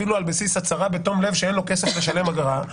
אפילו על בסיס הצהרה בתום לב שאין לו כסף לשלם אגרה,